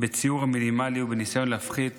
בציעור המינימלי ובניסיון להפחית